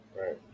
right